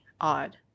odd